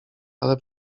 ale